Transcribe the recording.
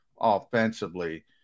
offensively